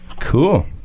Cool